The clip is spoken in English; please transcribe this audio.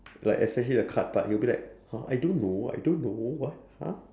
like especially the card part he will be like oh I don't know I don't know what !huh!